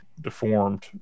deformed